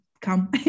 come